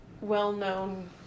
well-known